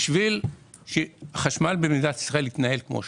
כדי שהחשמל במדינת ישראל יתנהג כמו שצריך.